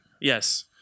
Yes